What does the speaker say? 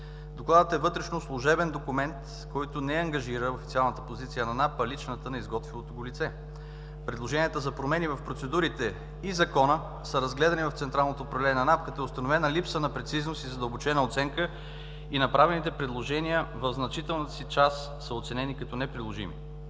Докладът е вътрешно служебен документ, който не ангажира официалната позиция на НАП, а личната на изготвилото го лице. Предложенията за промени в процедурите и Закона са разгледани в Централното управление на НАП като е установена липса на прецизност и задълбочена оценка и направените предложения в значителната си част са оценени като неприложими.